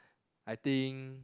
I think